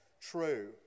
true